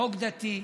חוק דתי,